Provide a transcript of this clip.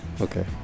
Okay